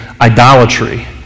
idolatry